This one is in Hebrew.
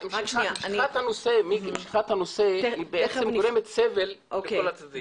משיכת הנושא בעצם גורמת סבל לכל הצדדים.